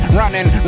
running